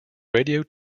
radio